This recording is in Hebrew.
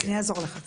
אני אעזור לך קצת,